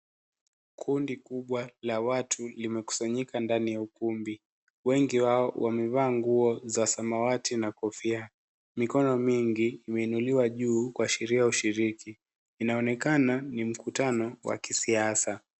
Kundi kubwa la watu limekusanyika ndani ya ukumbi. Wengi wao wamevaa nguo za samawati na kofia. Mikono mingi imeinuliwa juu kuashiria ushiriki. Inaonekana ni mkutano wa kisiasa.